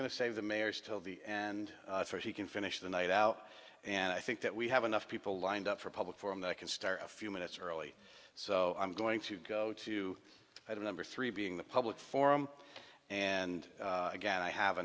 to save the mayor's till the and he can finish the night out and i think that we have enough people lined up for a public forum that can start a few minutes early so i'm going to go to item number three being the public forum and again i have